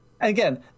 again